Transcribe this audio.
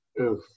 Oof